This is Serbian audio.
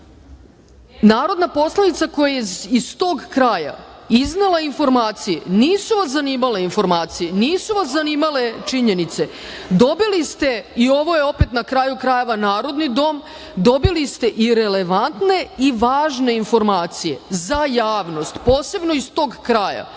temu. Narodna poslanica, koja je iz tog kraja, iznela je informacije, nisu vas zanimale informacije, nisu vas zanimale činjenice. Dobili ste, i ovo je opet, na kraju krajeva, narodni dom, dobili ste i relevantne i važne informacije za javnost, posebno iz tog kraja,